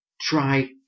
try